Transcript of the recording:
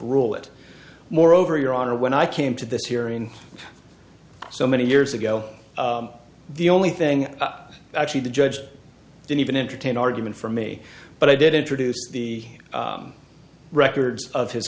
rule it moreover your honor when i came to this hearing so many years ago the only thing up actually the judge didn't even entertain argument for me but i did introduce the records of his